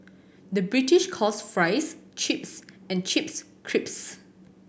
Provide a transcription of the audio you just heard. the British calls fries chips and chips